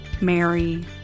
Mary